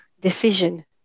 decision